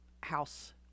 house